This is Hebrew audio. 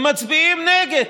הם מצביעים נגד.